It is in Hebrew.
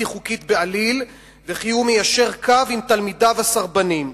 חוקית בעליל וכי הוא מיישר קו עם תלמידיו הסרבנים.